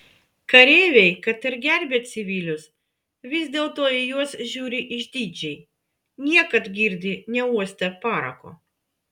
kareiviai kad ir gerbia civilius vis dėlto į juos žiūri išdidžiai niekad girdi neuostę parako